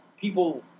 People